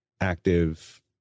active